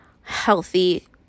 healthy